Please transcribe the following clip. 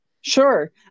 Sure